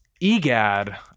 EGAD